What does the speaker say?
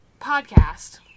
podcast